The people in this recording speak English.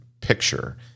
picture